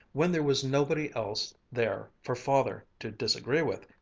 when there was nobody else there for father to disagree with,